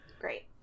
Great